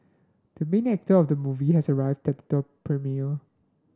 the main actor of the movie has arrived at the premiere